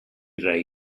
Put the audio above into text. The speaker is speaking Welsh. rai